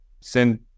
Send